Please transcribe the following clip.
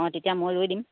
অঁ তেতিয়া মই ৰৈ দিম